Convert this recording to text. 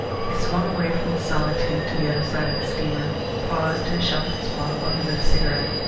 he swung away from the solitude to the other side of the steamer, paused in a sheltered spot while he lit a cigarette,